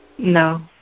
No